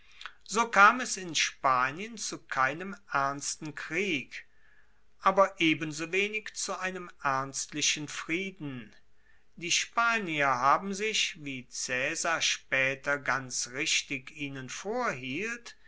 so kam es in spanien zu keinem ernsten krieg aber ebensowenig zu einem ernstlichen frieden die spanier haben sich wie caesar spaeter ganz richtig ihnen vorhielt